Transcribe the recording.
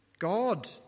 God